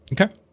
Okay